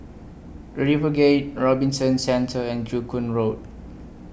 RiverGate Robinson Centre and Joo Koon Road